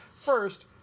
first